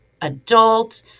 adult